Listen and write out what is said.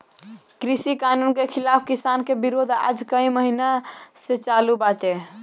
कृषि कानून के खिलाफ़ किसान के विरोध आज कई महिना से चालू बाटे